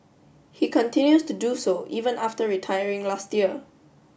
he continues to do so even after retiring last year